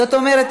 זאת אומרת,